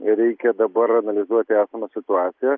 reikia dabar analizuoti esamą situaciją